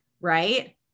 right